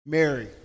Mary